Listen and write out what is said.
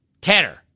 Tanner